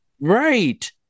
right